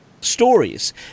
stories